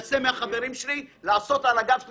מהחברים שלי מנסה לעשות סיבוב על הגב שלי.